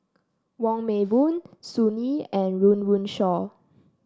Wong Meng Voon Sun Yee and Run Run Shaw